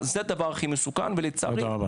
היום יש כבר קרע בינינו לבין העם היהודי.